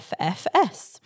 FFS